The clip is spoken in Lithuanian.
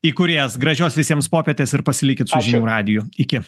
įkūrėjas gražios visiems popietės ir pasilikit su žinių radiju iki